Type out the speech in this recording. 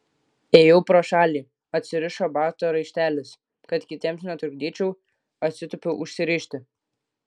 ėjau pro šalį atsirišo bato raištelis kad kitiems netrukdyčiau atsitūpiau užsirišti